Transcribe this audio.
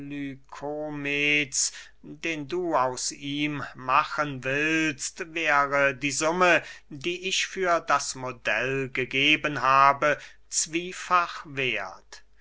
den du aus ihm machen willst wäre die summe die ich für das modell gegeben habe zwiefach werth